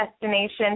destination